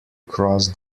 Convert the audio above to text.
cross